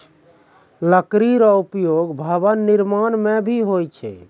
लकड़ी रो उपयोग भवन निर्माण म भी होय छै